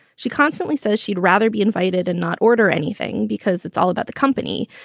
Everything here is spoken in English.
she constantly says she'd rather be invited and not order anything because it's all about the company.